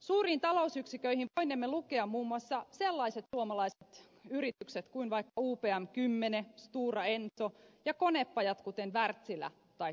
suuriin talousyksiköihin voinemme lukea muun muassa sellaiset suomalaiset yritykset kuin vaikka upm kymmene stora enso ja konepajat kuten wärtsilä tai kone